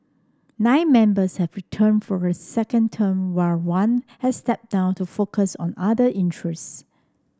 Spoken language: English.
nine members have returned for a second term while one has stepped down to focus on other interests